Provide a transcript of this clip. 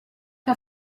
que